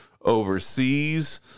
overseas